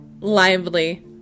lively